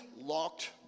locked